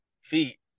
feet